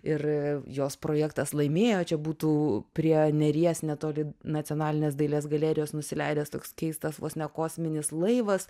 ir jos projektas laimėjo čia būtų prie neries netoli nacionalinės dailės galerijos nusileidęs toks keistas vos ne kosminis laivas